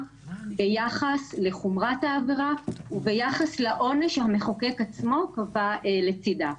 ביחס לחומרת העבירה וביחס לעונש שהמחוקק עצמו קבע לצדה.